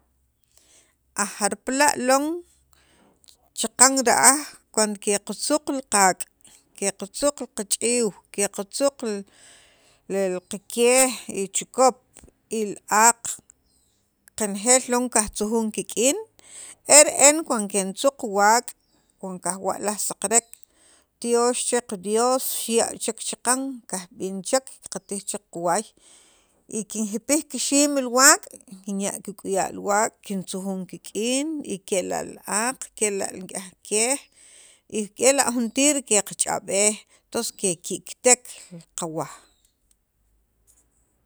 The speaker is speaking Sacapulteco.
a jarpala' lon chaqan ra'aj cuando qatzuq li qaak' li qatzuq li qach'iiw li qatzuq li li qakyej y chukop y li aaq qanejeel lon kajtzujun kik'in e re'en cuan kintzuq waak' wan kajwa'laj saqarek tyoox chel qa Dios xirya' chek chaqan, kajb'in chek, qatij chek qawaay y jinjipij kixiim li waak' kinya' kik'uya' li waak', kintzujun kik'in y kela' li aaq, kela' nik'yaj kyej y ela' juntir qach'ab'ej tons keki'kitek qawaj